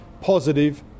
positive